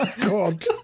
God